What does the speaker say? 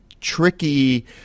tricky